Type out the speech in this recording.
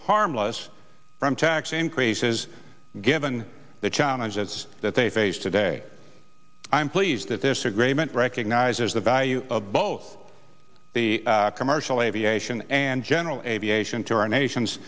harmless from tax increases given the challenges that they face today i'm pleased that this agreement recognizes the value of both commercial aviation and general aviation to our nation